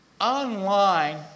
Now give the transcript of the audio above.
Online